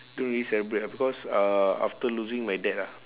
don't really celebrate because uh after losing my dad ah